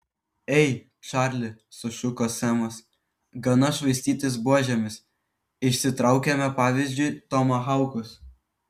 ei čarli sušuko semas gana švaistytis buožėmis išsitraukiame pavyzdžiui tomahaukus